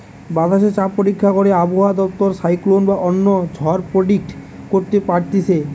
বাতাসে চাপ পরীক্ষা করে আবহাওয়া দপ্তর সাইক্লোন বা অন্য ঝড় প্রেডিক্ট করতে পারতিছে